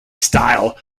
style